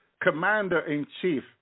commander-in-chief